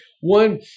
One